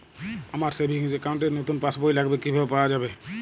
আমার savings account র নতুন পাসবই লাগবে কিভাবে পাওয়া যাবে?